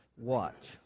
watch